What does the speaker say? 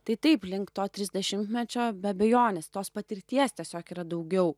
tai taip link to trisdešimtmečio be abejonės tos patirties tiesiog yra daugiau